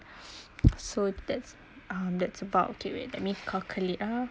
so that's um that's about okay wait let me calculate ah